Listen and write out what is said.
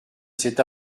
cet